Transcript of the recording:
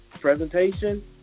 presentation